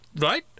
Right